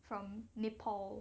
from nepal